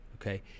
okay